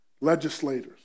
legislators